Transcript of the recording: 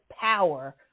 power